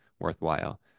worthwhile